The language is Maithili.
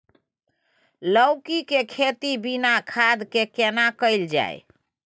लौकी के खेती बिना खाद के केना कैल जाय?